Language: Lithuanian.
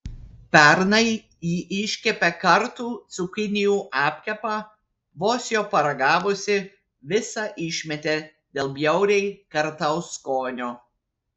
pernai ji iškepė kartų cukinijų apkepą vos jo paragavusi visą išmetė dėl bjauriai kartaus skonio